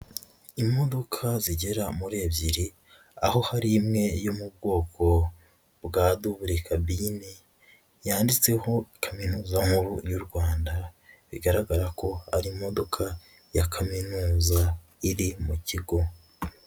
Imodoka zigera muri ebyiri, aho hari imwe yo mu bwoko bwa dubure kabine, yanditseho Kaminuza Nkuru y'u Rwanda. Bigaragara ko ari imodoka ya Kaminuza iri mu kigo.